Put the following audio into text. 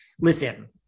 Listen